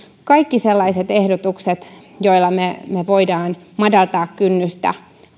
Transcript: kaikki sellaiset ehdotukset joilla me voimme madaltaa kynnystä